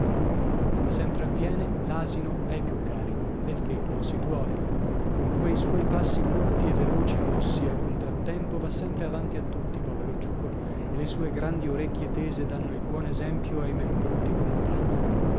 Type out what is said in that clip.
come sempre avviene l'asino è il più carico del che non si duole con quei suoi passi corti e veloci mossi a contrattempo va sempre avanti a tutti povero ciuco e le sue grandi orecchie tese danno il buon esempio ai membruti compagni